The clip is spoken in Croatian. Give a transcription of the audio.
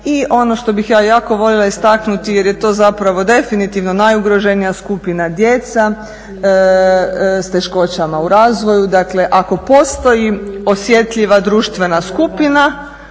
i ono što bih ja jako voljela istaknuti jer je to zapravo definitivno najugroženija skupina djeca s teškoćama u razvoju. Dakle, ako postoji osjetljiva društvena skupina